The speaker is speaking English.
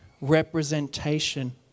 representation